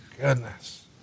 goodness